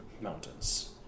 Mountains